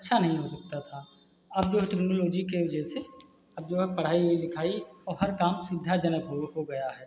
अच्छा नहीं हो सकता था अब जो टेक्नोलॉजी के वजह से अब जो है पढ़ाई लिखाई और हर काम सुविधाजनक हो हो गया है